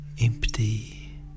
Empty